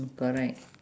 correct